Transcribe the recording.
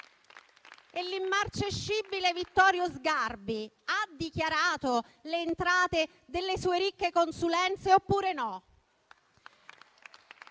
E l'immarcescibile Vittorio Sgarbi ha dichiarato o meno le entrate delle sue ricche consulenze?